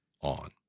on